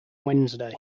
wednesday